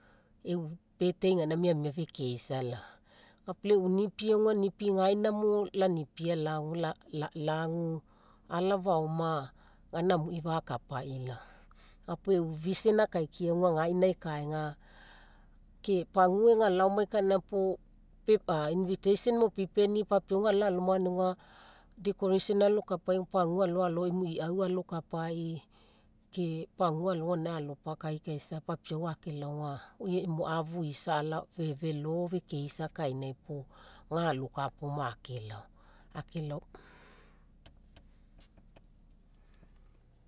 E'u birthday gaina miamiai fekeisa laoma. Ga puo lau e'u nipi auga nipi gaina mo la nipia lagu, alafaoma gaina amuii fakapai laoma. Ga puo e'u vision akaikiai auga gaina ekaega ke pagua ega laomai kainai puo, paper invitation mo pipenii, papiau galao aloma gaina auga, decoration alokapai auga, emu pagua alo emu iau alokapai, ke pagua alo gaina alopakaikaisa papiau akelao auga oi emu afu isa felo fekeisa kainai puo, ga alokapai oma akelao, akelao